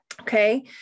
Okay